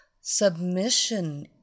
Submission